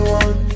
one